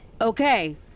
Okay